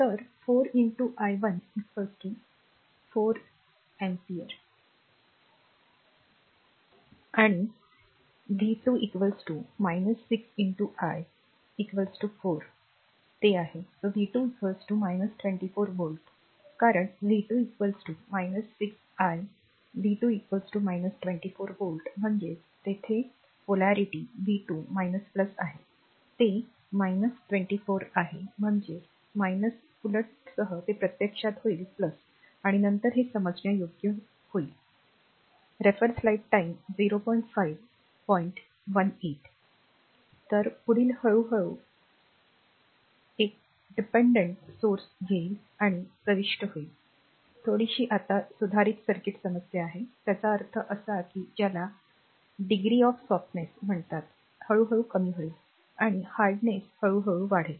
तर 4 i i 4 ampere आणि v 2 6 i 4 ते आहे v 2 24 volt कारण v 2 6 i v 2 24 volt म्हणजे येथे ध्रुवीयता v 2 आहे ते 24 आहे म्हणजे उलट सह ते प्रत्यक्षात होईल आणि नंतर ते समजण्यायोग्य होईल तर पुढील हळूहळू एक अवलंबून स्रोत घेईल आणि प्रविष्ट होईल थोडीशी आता सुधारित सर्किट समस्या आहे त्याचा अर्थ असा की r ज्याला मऊपणाची डिग्री म्हणतात हळूहळू कमी होईल आणि कडकपणा हळूहळू वाढेल